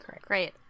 great